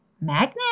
magnet